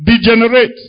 degenerate